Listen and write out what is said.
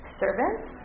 servants